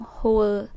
whole